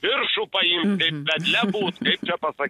viršų paimt kaip vedle būt kaip čia pasa